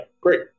great